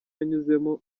yanyuzemo